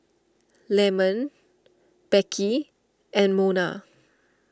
Leamon Beckie and Mona